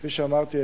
כפי שאמרתי,